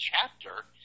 chapter